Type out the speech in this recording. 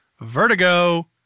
Vertigo